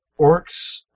orcs